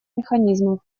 механизмов